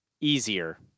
easier